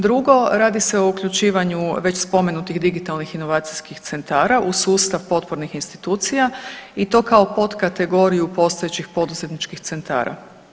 Drugo, radi se o uključivanju već spomenutih digitalnih inovacijskih centra u sustav potpornih institucija i to kao potkategoriju postojećih poduzetničkih centara.